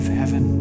heaven